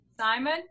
Simon